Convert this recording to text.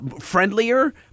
friendlier